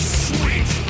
sweet